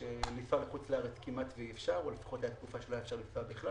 שלנסוע לחו"ל כמעט אי-אפשר היתה תקופה שאי-אפשר בכלל